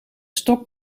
stok